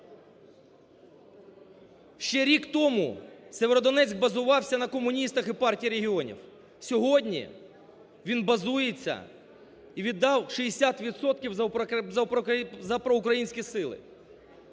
Ще рік тому Сєвєродонецьк базував на комуністах і Партії регіонів. Сьогодні він базується і віддав 60 відсотків за проукраїнські сили.